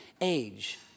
age